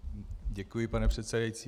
Děkuji, pane předsedající.